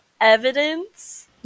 evidence